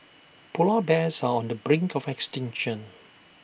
Polar Bears are on the brink of extinction